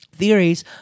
Theories